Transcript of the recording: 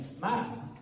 Man